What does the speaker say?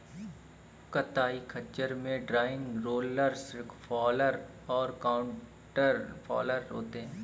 कताई खच्चर में ड्रॉइंग, रोलर्स फॉलर और काउंटर फॉलर होते हैं